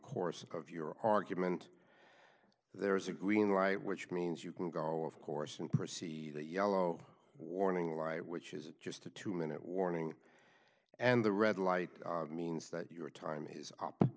course of your argument there is a green light which means you can go of course and prosy that yellow warning light which is just a two minute warning and the red light means that your time is up